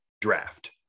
draft